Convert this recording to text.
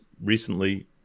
recently